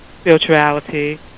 spirituality